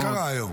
מה קרה היום?